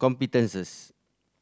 competences